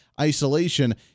isolation